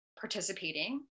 participating